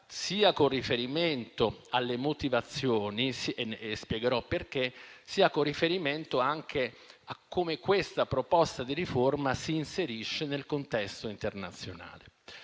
sia con riferimento alle motivazioni - e spiegherò perché - sia con riferimento alle modalità con cui la proposta di riforma si inserisce nel contesto internazionale.